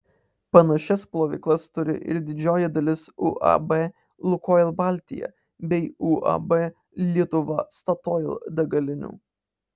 panašias plovyklas turi ir didžioji dalis uab lukoil baltija bei uab lietuva statoil degalinių